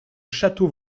château